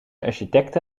architecte